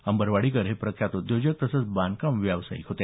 अंबरवाडीकर हे प्रख्यात उद्योजक बांधकाम व्यावसायिक होते